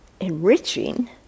enriching